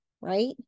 right